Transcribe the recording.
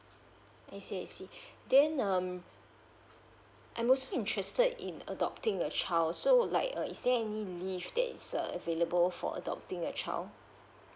I see I see then um I'm also interested in adopting a child so like uh is there any leave that is available for adopting a child